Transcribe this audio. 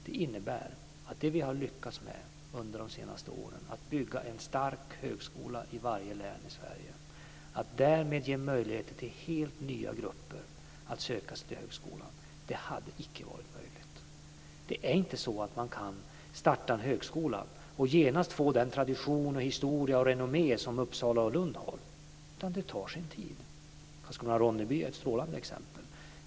Det innebär att det vi har lyckats med under de senaste åren - att bygga en stark högskola i varje län i Sverige och därmed ge möjligheter till helt nya grupper att söka sig till högskolan - icke hade varit möjligt. Det är inte så att man kan starta en högskola och genast få den tradition, historia och renommé som Uppsala och Lund har, utan det tar sin tid. Karlskrona/Ronneby är ett sådant exempel.